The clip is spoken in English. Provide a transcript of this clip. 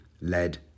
lead